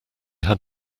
had